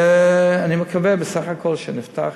ואני מקווה בסך הכול שנפתח.